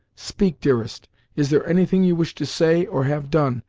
speak, dearest is there anything you wish to say, or have done,